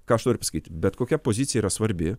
ką aš noriu pasakyt bet kokia pozicija yra svarbi